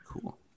Cool